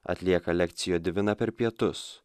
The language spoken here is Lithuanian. atlieka lekcijo diviną per pietus